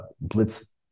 blitz